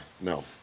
No